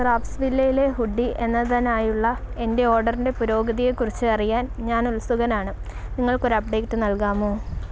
ക്രാഫ്റ്റ്സ്വില്ലയിലെ hoodie എന്നതിനായുള്ള എൻ്റെ ഓർഡറിൻ്റെ പുരോഗതിയെക്കുറിച്ച് അറിയാൻ ഞാൻ ഉത്സുകനാണ് നിങ്ങൾക്ക് ഒരു അപ്ഡേറ്റ് നൽകാമോ